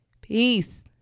peace